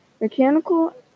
Mechanical